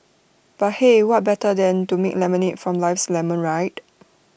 but hey what better than to make lemonade from life's lemons right